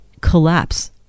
collapse